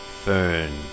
Fern